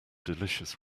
delicious